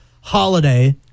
holiday